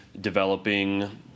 developing